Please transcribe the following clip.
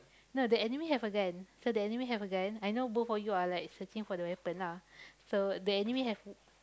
no the enemy have a gun so that enemy have a gun I know both of you are like searching for the weapon lah so the enemy have